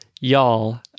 y'all